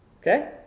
Okay